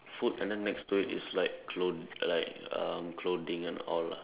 food and then next to it is like clot~ like um clothing and all lah